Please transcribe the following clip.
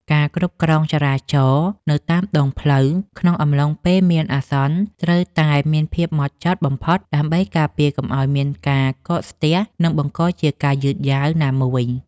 ការគ្រប់គ្រងចរាចរណ៍នៅតាមដងផ្លូវក្នុងអំឡុងពេលមានអាសន្នត្រូវតែមានភាពហ្មត់ចត់បំផុតដើម្បីការពារកុំឱ្យមានការកកស្ទះ និងបង្កជាការយឺតយ៉ាវណាមួយ។